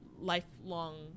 lifelong